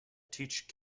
teach